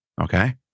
Okay